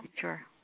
sure